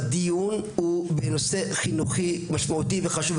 הדיון הוא בנושא חינוכי משמעותי וחשוב.